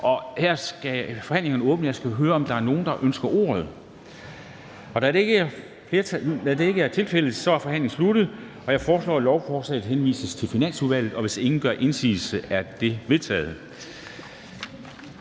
Kristensen): Forhandlingen er åbnet. Jeg skal høre, om der er nogen, der ønsker ordet. Da det ikke er tilfældet, er forhandlingen sluttet. Jeg foreslår, at lovforslaget henvises til Finansudvalget. Hvis ingen gør indsigelse, betragter